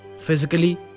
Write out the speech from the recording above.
Physically